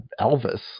Elvis